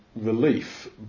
Relief